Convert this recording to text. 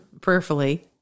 prayerfully